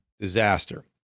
disaster